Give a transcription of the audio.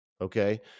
okay